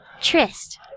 Trist